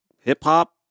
hip-hop